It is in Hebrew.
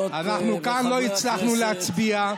אנחנו כאן ולא הצלחנו להצביע.